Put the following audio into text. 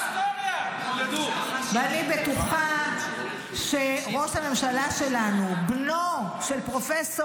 ואני בטוחה שראש הממשלה שלנו, בנו של פרופ'